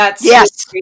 Yes